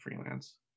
freelance